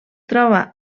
troba